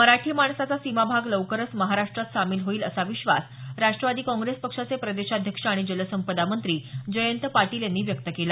मराठी माणसाचा सीमाभाग लवकरच महाराष्ट्रात सामील होईल असा विश्वास राष्ट्रवादी काँग्रेस पक्षाचे प्रदेशाध्यक्ष आणि जलसंपदा मंत्री जयंत पाटील यांनी व्यक्त केला